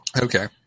Okay